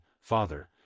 Father